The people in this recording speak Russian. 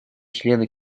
члены